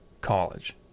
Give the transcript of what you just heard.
college